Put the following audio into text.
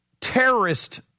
terrorist